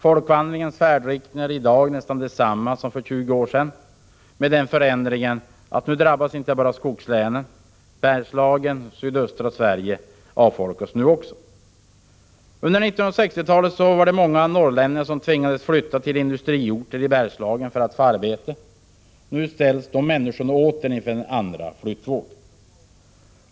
Folkvandringens färdriktning är i dag nästan densamma som för 20 år sedan med den förändringen att nu drabbas inte bara skogslänen. Bergslagen och sydöstra Sverige avfolkas nu också. Under 1960-talet tvingades många norrlänningar flytta till industriorter i Bergslagen för att få arbete. Nu ställs dessa människor inför en andra flyttvåg.